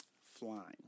flying